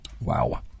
Wow